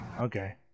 okay